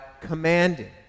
commanding